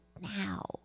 now